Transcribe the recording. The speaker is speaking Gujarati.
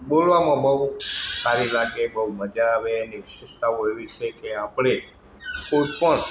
બોલવામાં બહું સારી લાગે બહું મજા આવે એની વિશેષતાઓ એવી છે કે આપણે કોઈ પણ